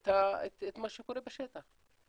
את מה שקורה בשטח?